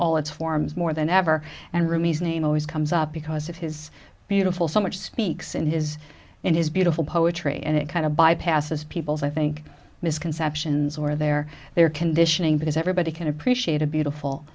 all its forms more than ever and roomies name always comes up because of his beautiful so much speaks in his and his beautiful poetry and it kind of bypasses people's i think misconceptions or their their conditioning because everybody can appreciate a beautiful